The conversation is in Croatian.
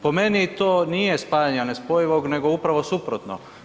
Po meni to nije spajanje nespojivog, nego upravo suprotno.